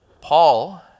Paul